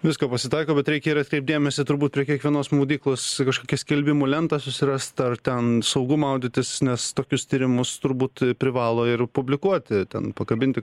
visko pasitaiko bet reikia ir atkreipt dėmesį ir turbūt prie kiekvienos maudyklos kažkokią skelbimų lentą susirast ar ten saugu maudytis nes tokius tyrimus turbūt privalo ir publikuoti ten pakabinti